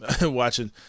watching